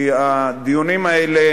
כי הדיונים האלה